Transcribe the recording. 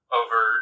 over